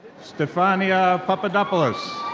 stephania papadopoulos.